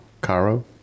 Caro